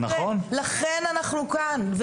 לכן אנחנו כאן.